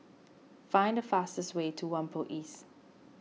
find the fastest way to Whampoa East